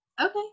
Okay